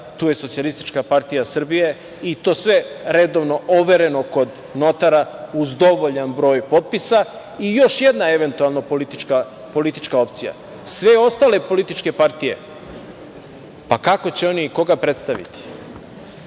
snazi politička opcija, tu je SPS i to sve redovno, overeno kod notara uz dovoljan broj potpisa i još jedna eventualno politička opcija. Sve ostale političke partije, pa kako će oni i koga predstaviti.